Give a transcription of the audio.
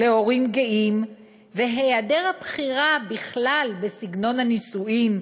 להורים גאים והיעדר הבחירה בכלל בסגנון הנישואים